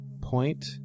point